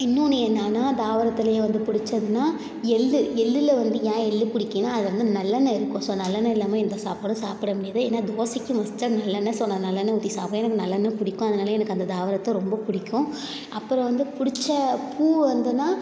இன்னொன்று என்னென்னா தாவரத்துலேயே வந்து பிடிச்சதுன்னா எள் எள்ளில் வந்து ஏன் எள் பிடிக்குன்னா அதில் வந்து நல்லெண்ணெய் இருக்கும் ஸோ நல்லெண்ணெய் இல்லாமல் எந்த சாப்பாடும் சாப்பிட முடியாது ஏன்னா தோசைக்கும் மோஸ்ட்டாக நல்லெண்ணெய் ஸோ நான் நல்லெண்ணெய் ஊற்றி சாப்பிடுவேன் எனக்கு நல்லெண்ணெய் பிடிக்கும் அதனால் எனக்கு அந்த தாவரத்தை ரொம்ப பிடிக்கும் அப்புறம் வந்து பிடிச்ச பூ வந்துன்னா